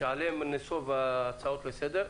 שעליהם נסובו ההצעות לסדר,